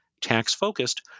tax-focused